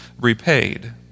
repaid